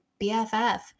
BFF